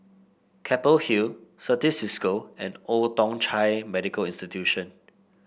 Keppel Hill Certis Cisco and Old Thong Chai Medical Institution